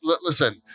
Listen